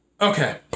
Okay